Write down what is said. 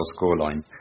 scoreline